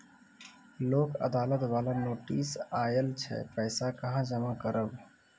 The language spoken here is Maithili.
लोक अदालत बाला नोटिस आयल छै पैसा कहां जमा करबऽ?